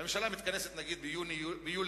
הממשלה מתכנסת ביולי-אוגוסט,